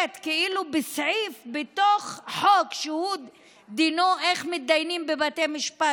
בסעיף בתוך חוק שדינו איך מתדיינים בבתי משפט